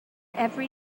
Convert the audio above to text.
every